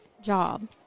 job